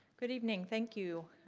good evening thank you.